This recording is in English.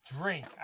drink